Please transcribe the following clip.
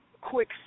quick